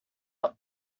are